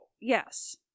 Yes